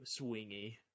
swingy